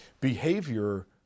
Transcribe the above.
Behavior